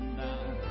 now